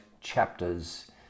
chapters